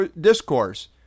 discourse